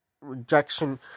rejection